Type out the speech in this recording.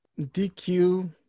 DQ